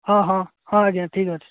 ହଁ ହଁ ହଁ ଆଜ୍ଞା ଠିକ ଅଛି